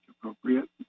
Appropriate